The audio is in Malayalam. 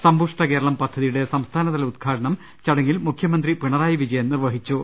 സമ്പുഷ്ട കേരളം പദ്ധതിയുടെ സംസ്ഥാനതല ഉദ്ഘാടനം ചട ങ്ങിൽ മുഖൃമന്ത്രി പിണറായി വിജയൻ നിർവ്വഹിച്ചു